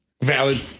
Valid